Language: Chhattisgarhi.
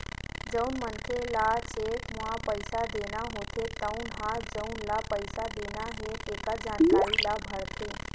जउन मनखे ल चेक म पइसा देना होथे तउन ह जउन ल पइसा देना हे तेखर जानकारी ल भरथे